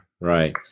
Right